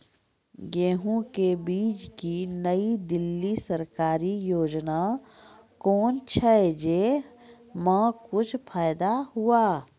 गेहूँ के बीज की नई दिल्ली सरकारी योजना कोन छ जय मां कुछ फायदा हुआ?